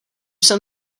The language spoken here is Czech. jsem